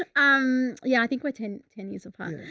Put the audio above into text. um, yeah, i think within ten years apart,